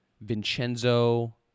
Vincenzo